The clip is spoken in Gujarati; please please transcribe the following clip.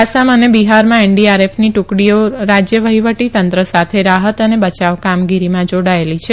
આસામ અને બિહારમાં એનડીઆરએફની ટુકડીઓ રાજય વહીવટી તંત્ર સાથે રાહત અને બચાવ કામગીરીમાં જાડાયેલી છે